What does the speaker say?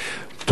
תודה.